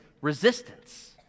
resistance